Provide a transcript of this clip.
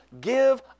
give